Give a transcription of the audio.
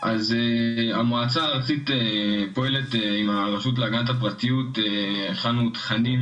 אז המועצה הארצית פועלת וביחד עם הרשות להגנת הפרטיות הכנו תכנים